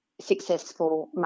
successful